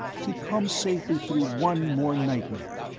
he'd come safely through one more nightmare,